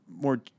more